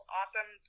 awesome